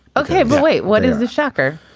okay. but wait, what is the shocker?